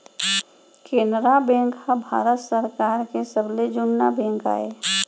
Canara bank ह भारत सरकार के सबले जुन्ना बेंक आय